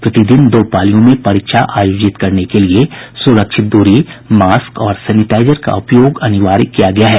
प्रतिदिन दो पालियों में परीक्षा आयोजित करने के लिए सुरक्षित दूरी मास्क और सैनिटाइजर का उपयोग अनिवार्य किया गया है